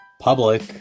public